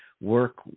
work